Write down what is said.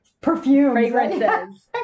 perfumes